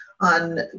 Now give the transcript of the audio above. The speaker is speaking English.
on